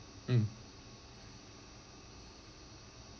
mm